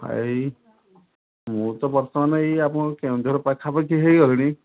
ଏଇ ମୁଁ ତ ବର୍ତମାନ ଏଇ ଆପଣଙ୍କର କେଉଁଝର ପାଖାପାଖି ହେଇଗଲିଣି